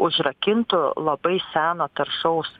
užrakintų labai seno taršaus